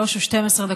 03:12,